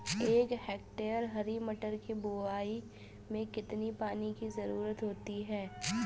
एक हेक्टेयर हरी मटर की बुवाई में कितनी पानी की ज़रुरत होती है?